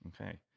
Okay